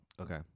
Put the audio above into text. Okay